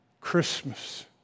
Christmas